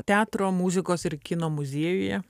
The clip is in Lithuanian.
teatro muzikos ir kino muziejuje